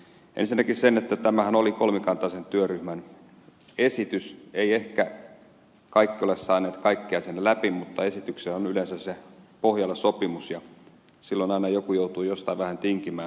ensinnäkin sen että tämähän oli kolmikantaisen työryhmän esitys ei ehkä kaikki ole saaneet kaikkea sinne läpi mutta esityksissä on yleensä pohjalla sopimus ja silloin aina joku joutuu jostain vähän tinkimään